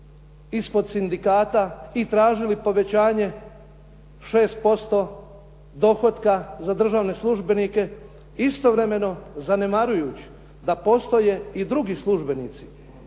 ispod sindikata i tražili povećanje 6% dohotka za državne službenike istovremeno zanemarujući da postoje i drugi službenici.